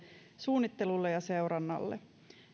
suunnittelulle ja seurannalle